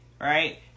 right